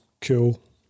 cool